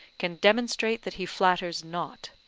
can demonstrate that he flatters not